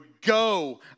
go